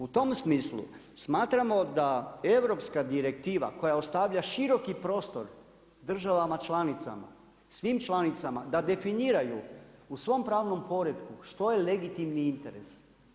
U tom smislu smatramo da europska direktiva koja ostavlja široki prostor državama članicama, svim članicama da definiraju u svom pravnom poretku što je legitimni interes.